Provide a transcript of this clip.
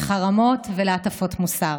לחרמות ולהטפות מוסר.